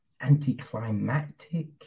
anticlimactic